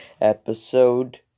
episode